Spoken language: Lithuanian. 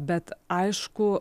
bet aišku